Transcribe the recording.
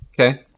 okay